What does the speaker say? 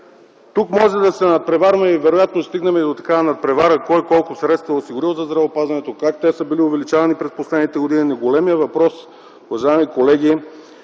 Тук може да се надпреварва и вероятно, ще стигнем до такава надпревара – кой, колко средства е осигурил за здравеопазването, как те са били увеличавани през последните години, но големият въпрос, уважаеми колеги,